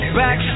back